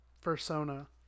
persona